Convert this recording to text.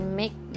make